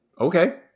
Okay